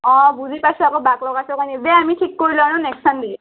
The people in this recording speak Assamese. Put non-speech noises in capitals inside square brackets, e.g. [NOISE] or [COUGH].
অ' বুজি পাইছ' আক' বাক লগাইছ' কাৰণে [UNINTELLIGIBLE]